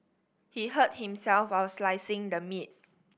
he hurt himself while slicing the meat